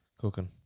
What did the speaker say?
Cooking